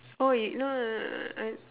oh you no no no no uh